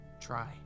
try